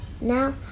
Now